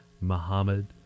muhammad